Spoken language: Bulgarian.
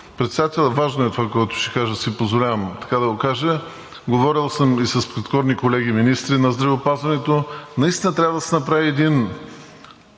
Председател. Важно е това, което ще кажа – позволявам си така да кажа. Говорил съм и с предходни колеги министри на здравеопазването – наистина трябва да се направи един